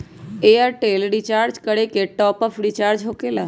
Airtel recharge एकर top off recharge होकेला?